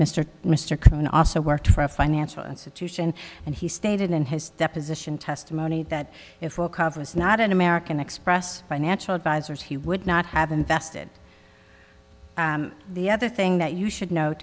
mr mr cohen also worked for a financial institution and he stated in his deposition testimony that if will cover was not an american express financial advisors he would not have invested the other thing that you should no